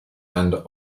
and